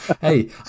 Hey